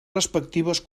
respectives